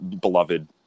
Beloved